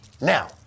now